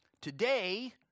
Today